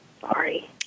Sorry